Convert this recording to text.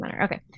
okay